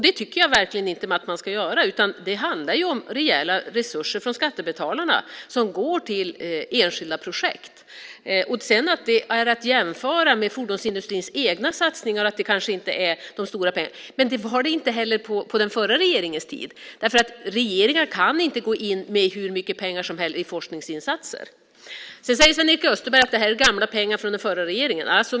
Det tycker jag verkligen inte att man ska göra. Det handlar om rejäla resurser från skattebetalarna som går till enskilda projekt. Om det sedan är att jämföra med fordonsindustrins egna satsningar, och att det kanske inte är de stora pengarna, var det inte heller det på den förra regeringens tid. Regeringar kan inte gå in med hur mycket pengar som helst i forskningsinsatser. Sedan säger Sven-Erik Österberg att det här är gamla pengar från den förra regeringen.